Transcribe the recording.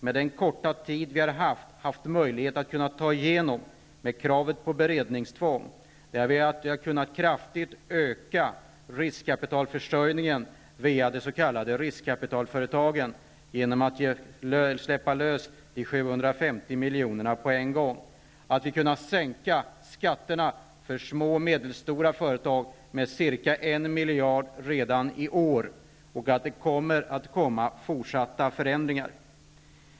Med den korta tid vi har haft till förfogande och med kravet på beredningstvång har vi kunnat kraftigt öka riskkapitalförsörjningen via de s.k. riskkapitalföretagen genom att släppa lös de 750 miljonerna på en gång. Vidare har vi kunnat sänka skatterna för små och medelstora företag med ca 1 miljard redan i år, och det kommer att ske fortsatta förändringar.